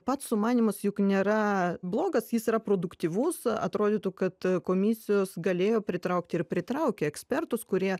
pats sumanymas juk nėra blogas jis yra produktyvus atrodytų kad komisijos galėjo pritraukti ir pritraukia ekspertus kurie